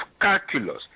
calculus